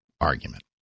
argument